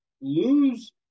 lose –